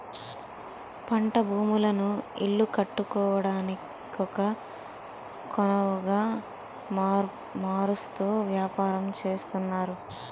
పంట భూములను ఇల్లు కట్టుకోవడానికొనవుగా మారుస్తూ వ్యాపారం చేస్తున్నారు